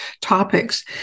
topics